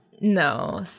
No